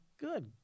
good